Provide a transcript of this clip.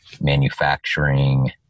manufacturing